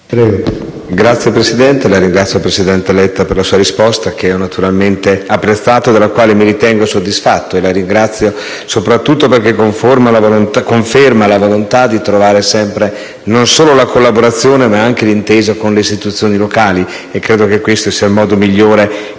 Signor Presidente del Consiglio, la ringrazio per la sua risposta, che naturalmente ho apprezzato e della quale mi ritengo soddisfatto; la ringrazio soprattutto perché conferma la volontà di trovare sempre, non solo la collaborazione, ma anche l'intesa con le istituzioni locali, e credo che questo sia il modo migliore